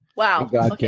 Wow